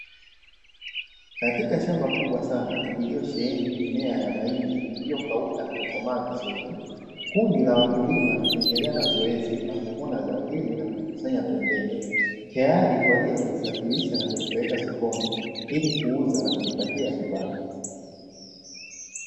Katika shamba kubwa sana lililosheheni mimea ya mahindi iliyokauka na kukomaa vizuri, kundi la wakulima linaendelea na zoezi la kuvuna zao hili na kulikusanya pembeni, tayari kwa ajili ya kulisafirisha na kulipeleka sokoni ili kuuza na kujipatia kipato.